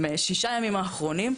שישה ימים אחרונים,